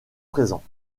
présent